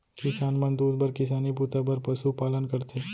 किसान मन दूद बर किसानी बूता बर पसु पालन करथे